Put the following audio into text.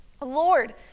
Lord